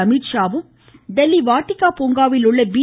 அமித்ஷாவும் டெல்லி வாடிகா பூங்காவில் உள்ள பி